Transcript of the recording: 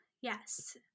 yes